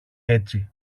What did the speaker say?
έτσι